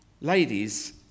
ladies